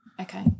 okay